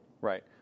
Right